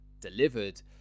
delivered